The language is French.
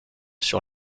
sur